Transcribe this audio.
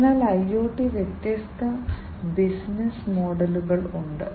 അതിനാൽ ഐഒടിക്ക് വ്യത്യസ്ത ബിസിനസ്സ് മോഡലുകൾ ഉണ്ട്